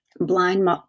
blind